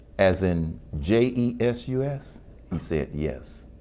as in j e s u s he said, yes.